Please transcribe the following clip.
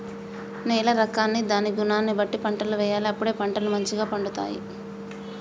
నేల రకాన్ని దాని గుణాన్ని బట్టి పంటలు వేయాలి అప్పుడే పంటలు మంచిగ పండుతాయి